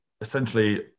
essentially